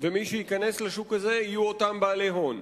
ומי שייכנסו לשוק הזה יהיו אותם בעלי הון,